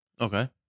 Okay